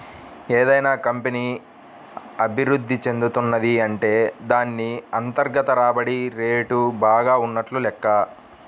ఏదైనా కంపెనీ అభిరుద్ధి చెందుతున్నది అంటే దాన్ని అంతర్గత రాబడి రేటు బాగా ఉన్నట్లు లెక్క